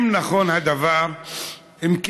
אנחנו בינתיים מברכים את כל הזוכים,